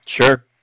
Sure